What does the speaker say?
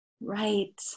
Right